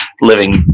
living